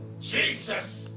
Jesus